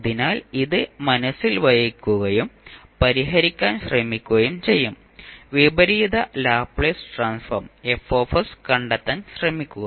അതിനാൽ ഇത് മനസ്സിൽ വയ്ക്കുകയും പരിഹരിക്കാൻ ശ്രമിക്കുകയും ചെയ്യും വിപരീത ലാപ്ലേസ് ട്രാൻസ്ഫോം F കണ്ടെത്താൻ ശ്രമിക്കുക